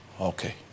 okay